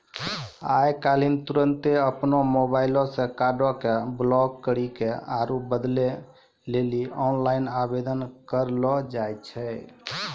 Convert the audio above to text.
आइ काल्हि तुरन्ते अपनो मोबाइलो से कार्डो के ब्लाक करि के आरु बदलै लेली आनलाइन आवेदन करलो जाय छै